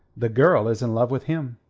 the girl is in love with him.